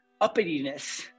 uppityness